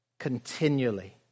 continually